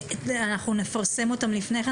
אנחנו נפרסם אותן לפני כן,